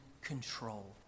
control